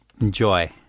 Enjoy